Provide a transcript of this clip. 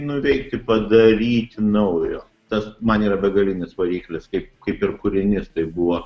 nuveikti padaryti naujo tas man yra begalinis variklis kaip kaip ir kūrinys tai buvo